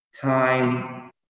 Time